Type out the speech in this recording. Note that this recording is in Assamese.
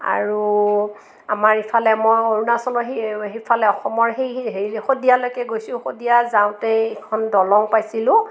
আৰু আমাৰ ইফালে মই অৰুণাচলৰ সেই সিফালে অসমৰ সেই সেই শদিয়ালৈকে গৈছোঁ শদিয়া যাওঁতে এইখন দলং পাইছিলোঁ